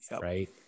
Right